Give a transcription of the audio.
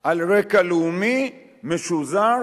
על רקע לאומי, שזור